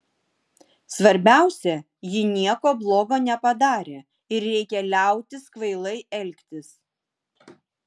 svarbiausia ji nieko blogo nepadarė ir reikia liautis kvailai elgtis